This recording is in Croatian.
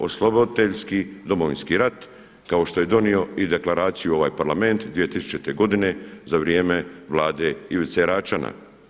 Osloboditeljski Domovinski rat kao što je i donio i deklaraciju ovaj Parlament 2000. godine za vrijeme Vlade Ivice Račana.